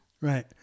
Right